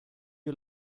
you